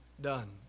done